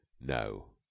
No